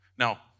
Now